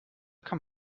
kann